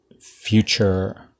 future